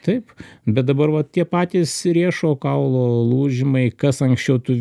taip bet dabar va tie patys riešo kaulo lūžimai kas anksčiau tų